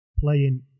playing